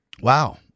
Wow